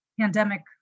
pandemic